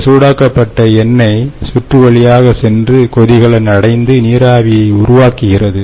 இந்தசூடாக்கப்பட்ட எண்ணெய் சுற்று வழியாக சென்று கொதிகலன் அடைந்து நீராவியை உருவாக்குகிறது